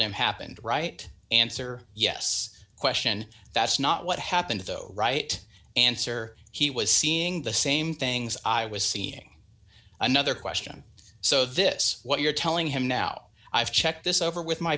him happened right answer yes question that's not what happened though right answer he was seeing the same things i was seeing another question so this what you're telling him now i've checked this over with my